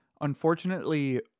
unfortunately